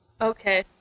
Okay